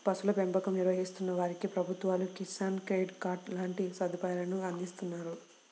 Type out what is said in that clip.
పశువుల పెంపకం నిర్వహిస్తున్న వారికి ప్రభుత్వాలు కిసాన్ క్రెడిట్ కార్డు లాంటి సదుపాయాలను అందిస్తున్నారు